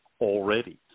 already